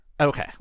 Okay